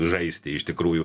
žaisti iš tikrųjų